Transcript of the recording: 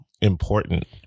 important